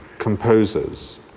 composers